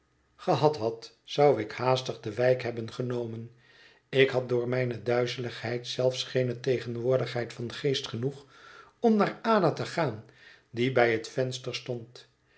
gehad had zou ik haastig de wijk hebben genomen ik had door mijne duizeligheid zelfs geene tegenwoordigheid van geest genoeg om naar ada te gaan die bij het venster stond